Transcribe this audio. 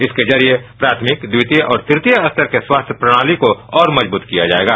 इसके जरिये प्राथमिक द्वित्य और तृतीय स्तर की स्वास्थ्य प्रणाली को और मजबूत किया जाएगा